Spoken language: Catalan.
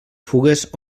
fugues